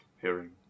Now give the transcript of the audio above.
hearing